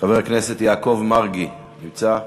חבר הכנסת יעקב מרגי, נמצא?